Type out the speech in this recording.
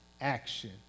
action